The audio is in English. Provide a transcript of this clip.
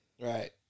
Right